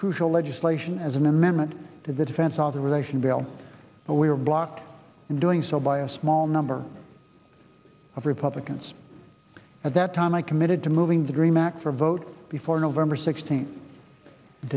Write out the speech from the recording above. crucial legislation as an amendment to the defense authorization bill but we were blocked in doing so by a small number of republicans at that time i committed to moving the dream act for a vote before november sixteenth